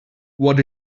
what